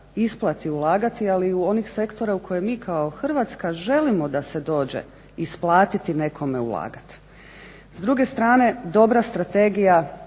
isplati ulagati ali i onih sektora u koje mi kao Hrvatska želimo da se dođe isplatiti nekome ulagat. S druge strane dobra strategija